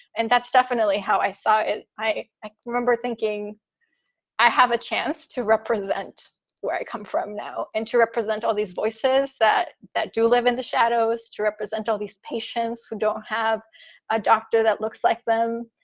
and that's definitely how i saw it. i i remember thinking i have a chance to represent where i come from now and to represent all these voices that that do live in the shadows, to represent all these patients who don't have a doctor that looks like them.